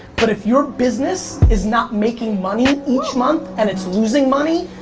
but if you're business is not making money each month, and it's losing money,